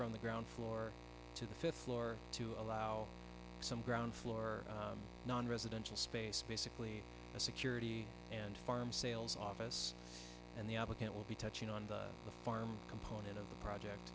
from the ground floor to the fifth floor to allow some ground floor non residential space basically a security and farm sales office and the applicant will be touching on the farm component of the project